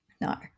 no